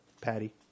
Patty